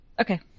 Okay